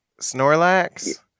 Snorlax